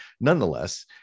nonetheless